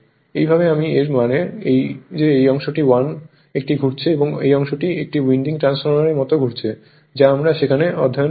এই ভাবে আমি এর মানে এই যে এই অংশটি 1 টি ঘুরছে এবং এই অংশটি 1 টি টু উইন্ডিং ট্রান্সফরমারের মত ঘুরছে যা আমরা সেখানে অধ্যয়ন করেছি